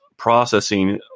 processing